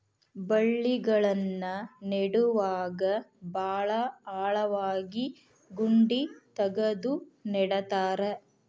ಬಳ್ಳಿಗಳನ್ನ ನೇಡುವಾಗ ಭಾಳ ಆಳವಾಗಿ ಗುಂಡಿ ತಗದು ನೆಡತಾರ